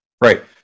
right